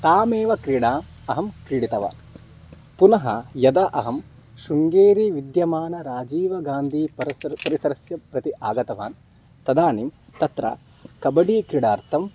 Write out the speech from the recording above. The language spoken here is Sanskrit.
तामेवक्रीडा अहं क्रीडितवान् पुनः यदा अहं श्रुङ्गेरिं विद्यमानः राजीवगान्धीपरिसरः परिसरं प्रति आगतवान् तदानीं तत्र कबडी क्रीडार्थम्